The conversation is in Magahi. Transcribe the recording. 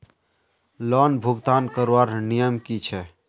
लोन भुगतान करवार नियम की छे?